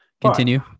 continue